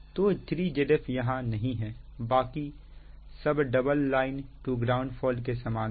तो 3Zf यहां नहीं है बाकी सब double line to ground fault के समान है